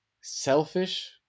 selfish